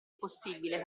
possibile